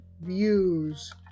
views